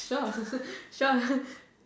sure sure